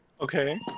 Okay